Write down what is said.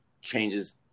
changes